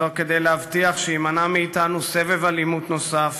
זאת כדי להבטיח שיימנע מאתנו סבב אלימות נוסף